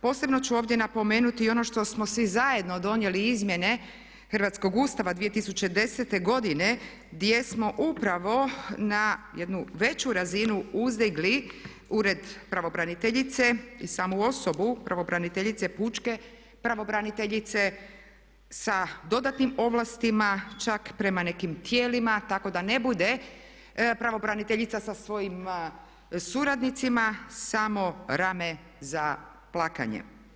Posebno ću ovdje napomenuti i ono što smo svi zajedno donijeli izmjene hrvatskog Ustava 2010. godine gdje smo upravo na jednu veću razinu uzdigli Ured pravobraniteljice i samu osobu pravobraniteljice, pučke pravobraniteljice sa dodatnim ovlastima čak prema nekim tijelima tako da ne bude pravobraniteljica sa svojim suradnicima samo rame za plakanje.